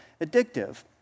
addictive